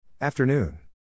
Afternoon